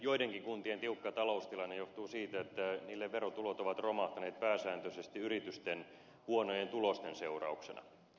joidenkin kuntien tiukka taloustilanne johtuu siitä että niiden verotulot ovat romahtaneet pääsääntöisesti yritysten huonojen tulosten seurauksena